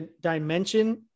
dimension